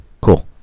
cool